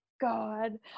God